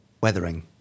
weathering